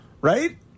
Right